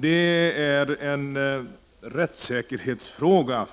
Det är faktiskt en rättssäkerhetsfråga